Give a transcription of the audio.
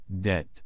Debt